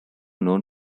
known